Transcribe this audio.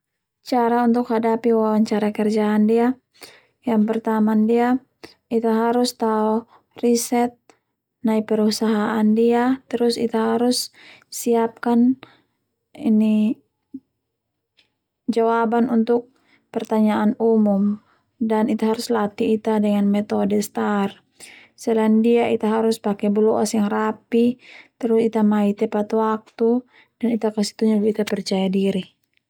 Cara untuk hadapi wawancara kerja ndia yang pertama ndia Ita harus tao riset nai perusahaan ndia, terus Ita harus siapakan ini jawaban untuk pertanyaan umum dan Ita harus latih Ita dengan metode star selain ndia Ita harus pake buloas yang rapi baru Ita mai tepat waktu dan Ita kastujuk percya diri.